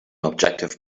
objective